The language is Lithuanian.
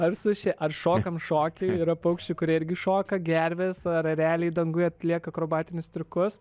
ar suši ar šokam šokį yra paukščių kurie irgi šoka gervės ar ereliai danguje atlieka akrobatinius triukus